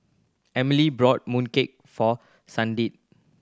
Emilee brought mooncake for Sandi